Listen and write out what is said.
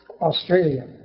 Australia